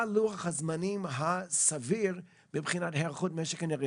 מה לוח הזמנים הסביר מבחינת היערכות משק האנרגיה.